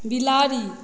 बिलाड़ि